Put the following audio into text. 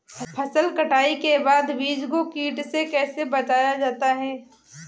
फसल कटाई के बाद बीज को कीट से कैसे बचाया जाता है?